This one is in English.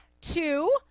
two